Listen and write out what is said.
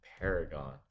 Paragon